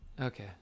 okay